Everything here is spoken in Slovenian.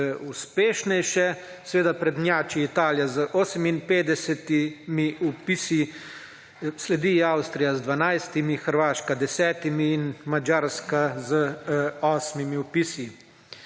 uspešnejše seveda prednjači Italija z 58 vpisi sledi Avstrija z 12 Hrvaška 10 in Madžarska z 8 vpisi.